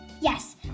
Yes